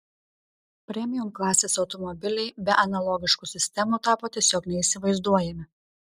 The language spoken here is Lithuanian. premium klasės automobiliai be analogiškų sistemų tapo tiesiog neįsivaizduojami